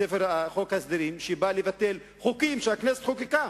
חוק ההסדרים, שבא לבטל חוקים שהכנסת חוקקה,